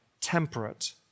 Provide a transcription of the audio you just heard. Temperate